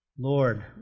Lord